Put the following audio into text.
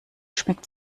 schmeckt